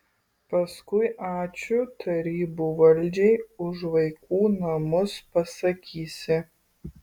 paskui ačiū tarybų valdžiai už vaikų namus pasakysi